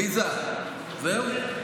עליזה, זהו?